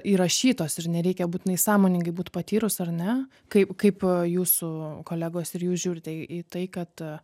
įrašytos ir nereikia būtinai sąmoningai būt patyrus ar ne kaip kaip jūsų kolegos ir jūs žiūrite į tai kad